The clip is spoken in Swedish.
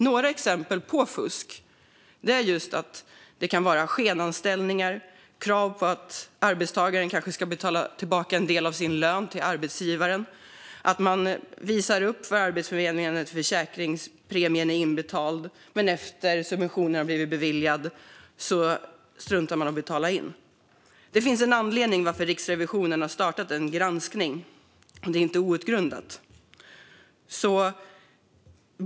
Några exempel på fusk är skenanställningar, krav på arbetstagaren att betala tillbaka en del av sin lön till arbetsgivaren och att man visar upp för Arbetsförmedlingen att försäkringspremien är inbetald men struntar i att betala efter att subventionen har blivit beviljad. Det finns en anledning till att Riksrevisionen har startat en granskning. Det är inte ogrundat.